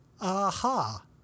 AHA